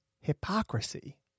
hypocrisy